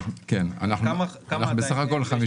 בכמה עדיין אין?